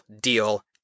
deal